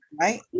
right